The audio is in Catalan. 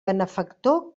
benefactor